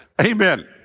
Amen